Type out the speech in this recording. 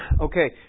Okay